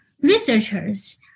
researchers